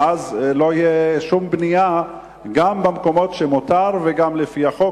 ואז לא תהיה שום בנייה גם במקומות שמותר וגם לפי החוק?